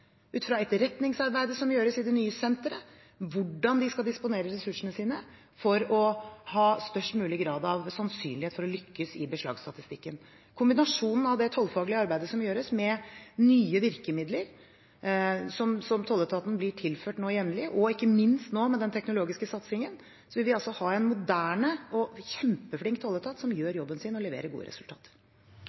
ut fra etterretningsarbeidet som gjøres i det nye senteret, hvordan de skal disponere ressursene sine for å ha størst mulig grad av sannsynlighet for å lykkes i beslagsstatistikken. Med kombinasjonen av det tollfaglige arbeidet som gjøres, og nye virkemidler som tolletaten blir tilført jevnlig, ikke minst nå, med den teknologiske satsingen, vil vi ha en moderne og kjempeflink tolletat som gjør jobben sin og leverer gode resultater.